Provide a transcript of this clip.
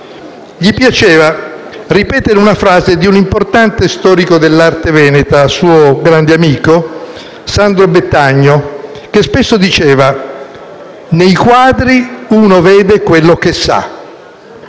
Gli piaceva ripetere una frase di un importante storico dell'arte veneta, suo grande amico, Alessandro Bettagno, che spesso diceva: «Nei quadri uno vede quello che sa».